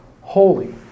holy